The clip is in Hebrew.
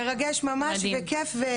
מרגש ממש וכיף --- מדהים.